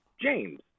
james